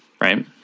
right